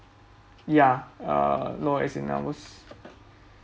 ya uh no as I was